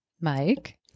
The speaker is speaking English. Mike